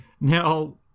Now